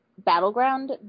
battleground